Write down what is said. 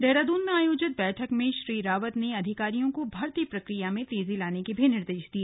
देहरादून में आयोजित बैठक में श्री रावत ने अधिकारियों को भर्ती प्रक्रिया में तेजी लाने के निर्देश दिए